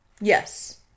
Yes